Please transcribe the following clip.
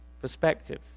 perspective